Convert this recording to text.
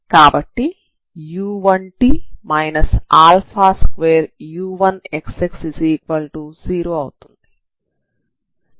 కాబట్టి u1t 2u1xx0 అవుతుంది